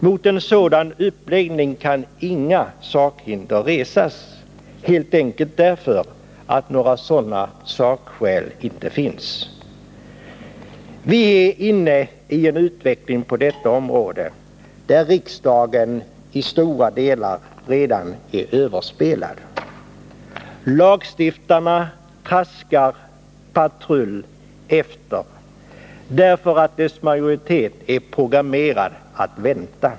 Mot en sådan uppläggning kan inga sakhinder resas, helt enkelt därför att några sådana inte finns. Vi är inne i en utveckling på detta område där riksdagen till stor del är överspelad. Lagstiftarna traskar patrull efter majoriteten, som är programmerad att vänta.